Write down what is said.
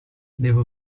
devo